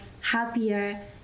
happier